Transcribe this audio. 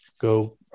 go